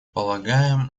полагаем